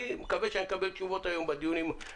אני מקווה שנקבל לכך היום תשובות בדיונים.